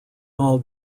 all